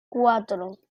cuatro